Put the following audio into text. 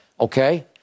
Okay